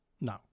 no